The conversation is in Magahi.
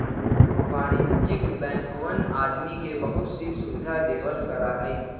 वाणिज्यिक बैंकवन आदमी के बहुत सी सुविधा देवल करा हई